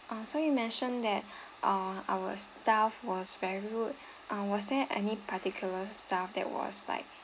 uh so you mentioned that uh our staff was very rude uh was there any particular staff that was like